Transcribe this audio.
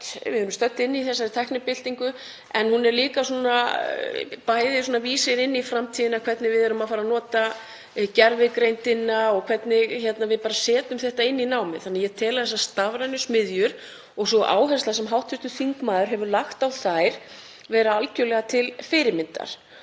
Við erum stödd í þessari tæknibyltingu en hún er líka vísir inn í framtíðina, hvernig við erum að fara að nota gervigreindina og hvernig við setjum þetta inn í námið. Ég tel því þessar stafrænu smiðjur, og þá áherslu sem hv. þingmaður hefur lagt á þær, vera algerlega til fyrirmyndar.